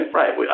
right